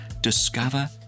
discover